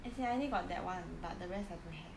as in I only got that [one] but the rest I don't have